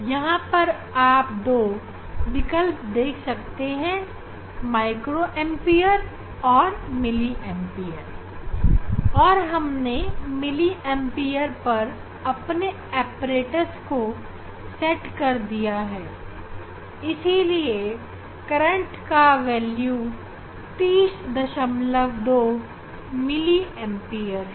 यहां पर आप दो विकल्प देख सकते हैं माइक्रो एंपियर और मिली एंपियर और हमने मिली एंपियर विकल्प का इस्तेमाल कर रहे हैं इसीलिए करंट का वेल्यू 302 मिली एंपियर है